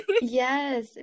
Yes